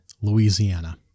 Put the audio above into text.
Louisiana